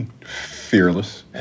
Fearless